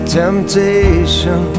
temptation